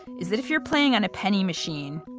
is that if you are playing on a penny machine,